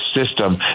system